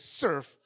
serve